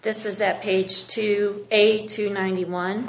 this is at page two eight two ninety one